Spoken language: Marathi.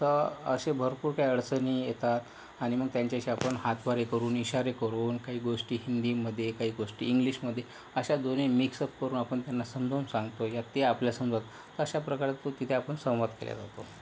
तर असे भरपूर काही अडचणी येतात आणि मग त्यांच्याशी आपण हातवारे करून इशारे करून काही गोष्टी हिंदीमध्ये काही गोष्टी इंग्लिशमध्ये अशा दोन्ही मिक्सअप करून आपण त्यांना समजावून सांगतो या ते आपल्या समजावतात अशा प्रकारे तो तिथे आपण संवाद केल्या जातो